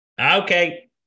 okay